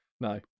No